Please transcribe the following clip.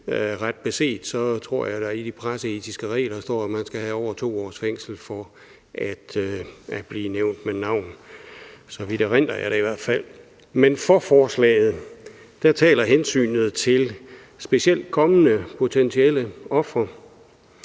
Ret beset tror jeg, at der i de presseetiske regler står, at man skal have over 2 års fængsel for at blive nævnt ved navn. Så vidt erindrer jeg det i hvert fald. For forslaget taler hensynet til specielt kommende potentielle ofre